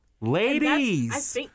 Ladies